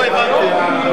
לא הבנתי,